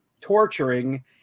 torturing